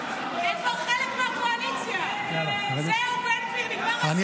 זהו, בן גביר, נגמר הסיפור.